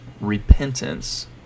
repentance